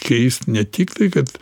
keist ne tik tai kad